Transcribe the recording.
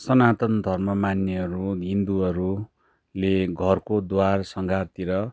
सनातन धर्म मान्नेहरू हिन्दूहरूले घरको द्वार सङ्घारतिर